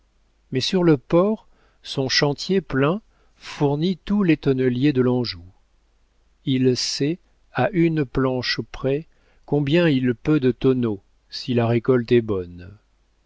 mais sur le port son chantier plein fournit tous les tonneliers de l'anjou il sait à une planche près combien il peut de tonneaux si la récolte est bonne